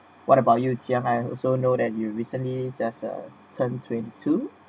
what about you ziyang I also know that you recently just uh turned twenty soon